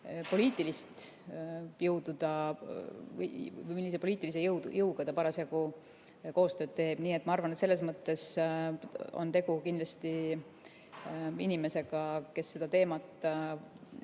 sellest, millise poliitilise jõuga ta parasjagu koostööd teeb. Nii et ma arvan, et selles mõttes on tegu kindlasti inimesega, kes seda teemat